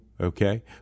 Okay